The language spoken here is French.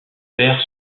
verres